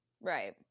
Right